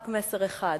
רק מסר אחד